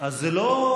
אז זה לא,